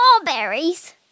strawberries